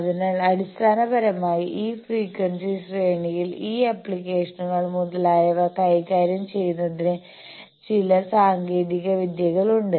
അതിനാൽ അടിസ്ഥാനപരമായി ഈ ഫ്രീക്വൻസി ശ്രേണിയിൽ ഈ ആപ്ലിക്കേഷനുകൾ മുതലായവ കൈകാര്യം ചെയ്യുന്നതിനുള്ള ചില സാങ്കേതിക വിദ്യകൾ ഉണ്ട്